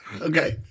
okay